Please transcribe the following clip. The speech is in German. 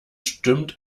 stimmt